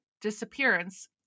disappearance